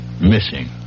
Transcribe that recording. missing